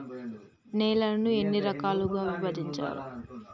నేలలను ఎన్ని రకాలుగా విభజించారు?